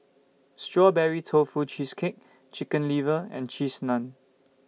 Strawberry Tofu Cheesecake Chicken Liver and Cheese Naan